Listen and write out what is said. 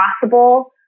possible